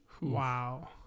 Wow